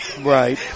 Right